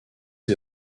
des